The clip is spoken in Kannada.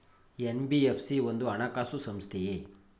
ಎನ್.ಬಿ.ಎಫ್.ಸಿ ಒಂದು ಹಣಕಾಸು ಸಂಸ್ಥೆಯೇ?